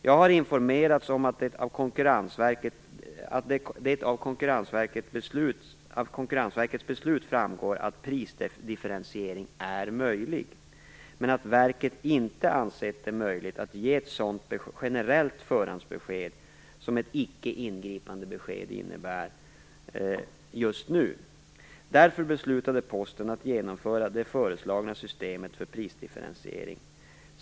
Jag har informerats om att det av Konkurrensverkets beslut framgår att prisdifferentiering är möjlig, men att verket inte ansett det möjligt att just nu ge ett sådant generellt förhandsbesked som ett ickeingripandebesked innebär. Därför beslutade Posten att genomföra det föreslagna systemet för prisdifferentiering.